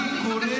אני קורא